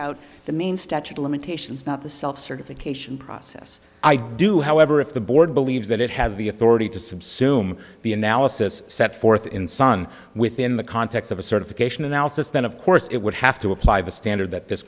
out the main statute of limitations not the self certification process i do however if the board believes that it has the authority to some sume the analysis set forth in sun within the context of a certification analysis then of course it would have to apply the standard that this